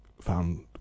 found